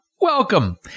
welcome